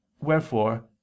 Wherefore